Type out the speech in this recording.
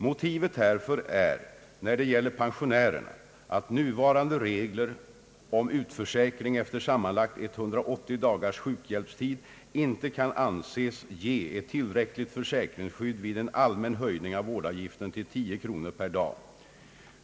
Motivet härför är när det gäller pensionärerna att nuvarande regler om utförsäkring efter sammanlagt 180 dagars sjukhjälpstid inte kan anses ge ett tillräckligt försäkringsskydd vid en allmän höjning av vårdavgiften till 10 kronor per dag.